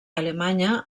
alemanya